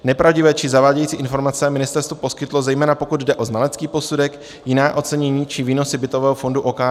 Nepravdivé či zavádějící informace ministerstvo poskytlo, zejména pokud jde o znalecký posudek, jiná ocenění či výnosy bytového fondu OKD.